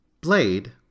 Blade